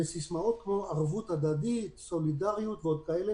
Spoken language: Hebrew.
בסיסמאות כמו ערבות הדדית, סולידריות ועוד כאלה.